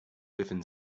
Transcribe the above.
within